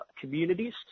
communities